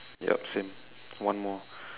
yup same one more